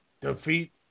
defeat